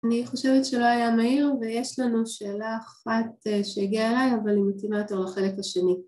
אני חושבת שלא היה מהיר ויש לנו שאלה אחת שהגיעה אליי אבל היא מתאימה יותר לחלק השני